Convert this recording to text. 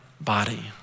body